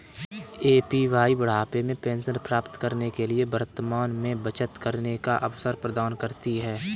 APY बुढ़ापे में pension प्राप्त करने के लिए वर्तमान में बचत करने का अवसर प्रदान करती है